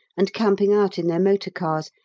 and camping out in their motor cars,